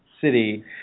city